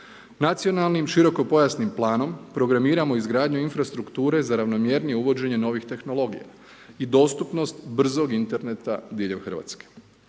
Nacionalnim širokopojasnim planom programiramo izgradnju infrastrukture za ravnomjernije uvođenje novih tehnologija i dostupnost brzog interneta diljem Hrvatske.